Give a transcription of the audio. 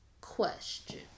question